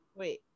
wait